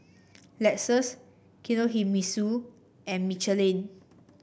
Lexus Kinohimitsu and Michelin